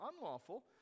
unlawful